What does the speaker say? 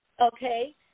okay